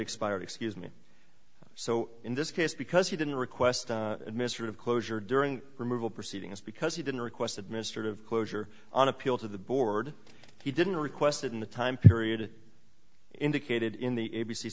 expired excuse me so in this case because he didn't request mr of closure during removal proceedings because he didn't request administered of closure on appeal to the board he didn't request it in the time period indicated in the a